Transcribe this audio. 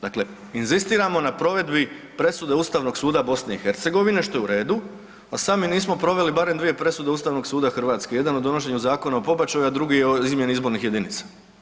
Dakle, inzistiramo na provedi presude Ustavnog suda BiH što je u redu, a sami nismo proveli barem 2 presude Ustavnog suda Hrvatske jedan je o donošenju Zakona o pobačaju, a drugi je o izmjeni izbornih jedinica.